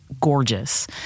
gorgeous